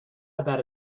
about